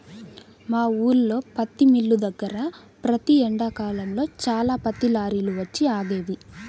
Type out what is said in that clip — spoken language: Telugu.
మా ఊల్లో పత్తి మిల్లు దగ్గర ప్రతి ఎండాకాలంలో చాలా పత్తి లారీలు వచ్చి ఆగేవి